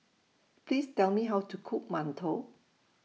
Please Tell Me How to Cook mantou